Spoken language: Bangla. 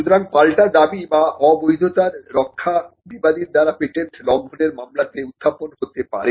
সুতরাং পাল্টা দাবি বা অবৈধতার রক্ষা বিবাদীর দ্বারা পেটেন্ট লঙ্ঘনের মামলাতে উত্থাপন হতে পারে